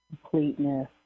completeness